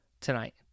tonight